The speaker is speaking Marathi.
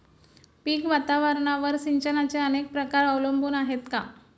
पीक वातावरणावर सिंचनाचे अनेक प्रकार अवलंबून आहेत का?